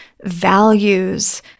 values